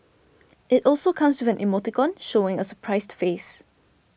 it also comes with an emoticon showing a surprised face